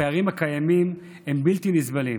הפערים הקיימים הם בלתי נסבלים.